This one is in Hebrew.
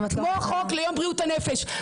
כמו החוק ליום בריאות הנפש,